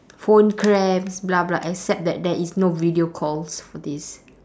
phone cramps blah blah except that there is no video calls for this